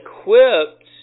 equipped